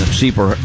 super